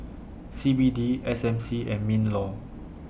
C B D S M C and MINLAW